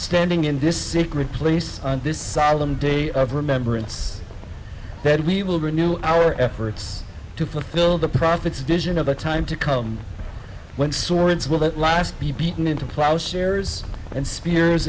standing in this sacred place on this solemn day of remembrance that we will renew our efforts to fulfill the prophets a vision of a time to come when swords will that last be beaten into plowshares and spears